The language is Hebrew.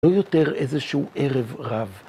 ‫לא יותר איזשהו ערב רב.